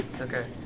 Okay